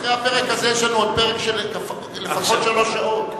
אחרי הפרק הזה יש לנו עוד פרק של לפחות שלוש שעות.